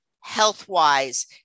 health-wise